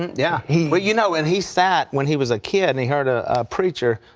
yeah he but you know and he sat when he was a kid, and he heard a preacher,